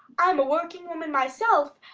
i am a working woman, myself,